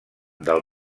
del